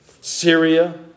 Syria